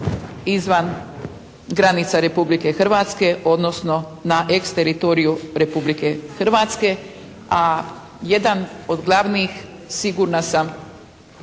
izvan granica Republike Hrvatske, odnosno na ex-teritoriju Republike Hrvatske, a jedan od glavnih sigurna sam